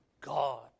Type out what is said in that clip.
God